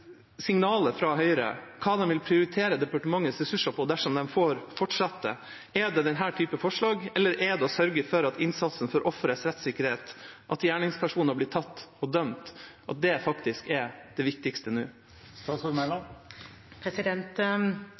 signalet fra Høyre, hva de vil prioritere departementets ressurser på dersom de får fortsette: Er det denne typen forslag, eller er det å sørge for innsatsen for ofrenes rettssikkerhet, at gjerningspersoner blir tatt og dømt, som faktisk er det viktigste nå?